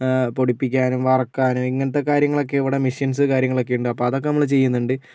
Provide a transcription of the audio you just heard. പൊടിപ്പിക്കാനും വറക്കാനും ഇങ്ങനത്തെ കാര്യങ്ങളൊക്കെ ഇവിടെ മെഷീൻസും കാര്യങ്ങളുമൊക്കെ ഉണ്ട് അപ്പോൾ അതൊക്കെ നമ്മൾ ചെയ്യുന്നുണ്ട്